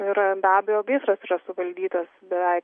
yra be abejo gaisras yra suvaldytas beveik